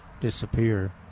disappear